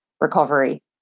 recovery